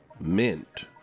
Mint